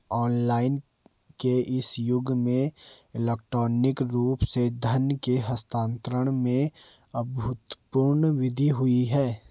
online के इस युग में इलेक्ट्रॉनिक रूप से धन के हस्तांतरण में अभूतपूर्व वृद्धि हुई है